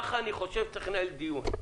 ככה אני חושב שצריך לנהל דיון,